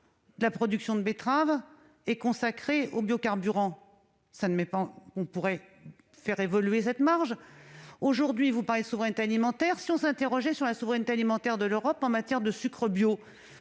la production de betteraves est consacrée aux biocarburants. On pourrait faire évoluer ce taux. Vous parlez de souveraineté alimentaire : interrogeons-nous sur la souveraineté alimentaire de l'Europe en matière de sucre bio.